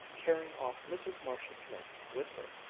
carrying off mrs. marshall-smith with her,